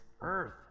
earth